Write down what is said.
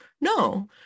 No